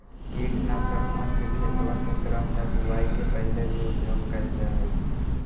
कीटनाशकवन के खेतवा के क्रम में बुवाई के पहले भी उपयोग कइल जाहई